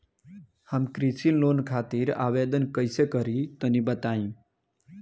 हम कृषि लोन खातिर आवेदन कइसे करि तनि बताई?